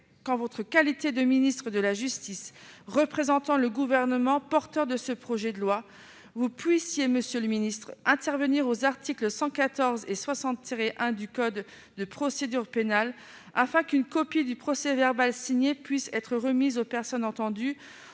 qu'en votre qualité de ministre de la justice, représentant le Gouvernement et porteur de ce projet de loi, vous puissiez intervenir sur les articles 114 et 60-1 du code de procédure pénale, afin qu'une copie du procès-verbal signé puisse être remise aux personnes entendues,